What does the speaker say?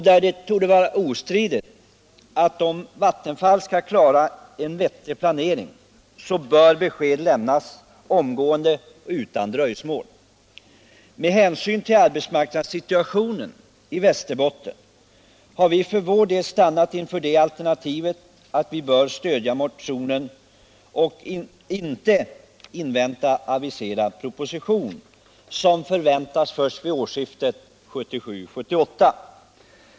Det torde vara ostridigt att om Vattenfall skall klara en vettig planering, så bör besked lämnas utan dröjsmål. Med hänsyn till arbetsmarknadssituationen i Västerbotten har vi för vår del stannat inför det alternativet att vi bör stödja motionen och inte invänta aviserad proposition som förväntas först vid årsskiftet 1977-1978.